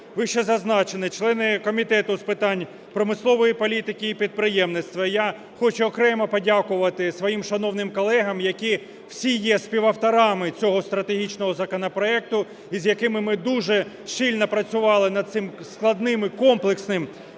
вищезазначене, члени Комітету з питань промислової політики і підприємництва - я хочу окремо подякувати своїм шановним колегам, які всі є співавторами цього стратегічного законопроекту, і з якими ми дуже щільно працювали над цим складним і комплексним